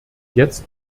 jetzt